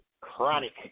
Chronic